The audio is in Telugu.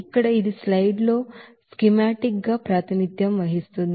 ఇక్కడ ఇది ఈ స్లైడ్ లో స్కీమాటిక్ గా ప్రాతినిధ్యం వహిస్తుంది